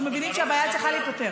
שאנחנו מבינים שהבעיה צריכה להיפתר.